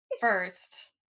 first